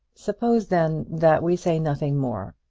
suppose, then, that we say nothing more.